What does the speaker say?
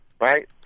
right